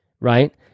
right